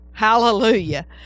Hallelujah